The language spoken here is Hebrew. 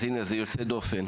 אז הנה זה יוצא דופן.